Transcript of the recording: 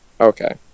Okay